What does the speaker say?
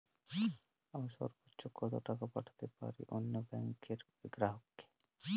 আমি সর্বোচ্চ কতো টাকা পাঠাতে পারি অন্য ব্যাংকের গ্রাহক কে?